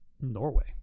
Norway